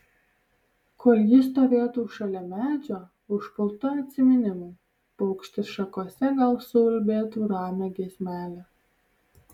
kol ji stovėtų šalia medžio užpulta atsiminimų paukštis šakose gal suulbėtų ramią giesmelę